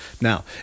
Now